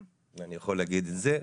אני יכול להגיד את זה,